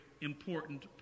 important